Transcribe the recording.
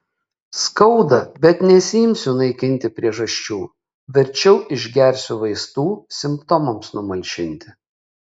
skauda bet nesiimsiu naikinti priežasčių verčiau išgersiu vaistų simptomams numalšinti